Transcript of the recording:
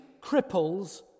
Cripples